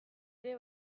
ere